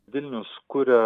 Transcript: vilnius kuria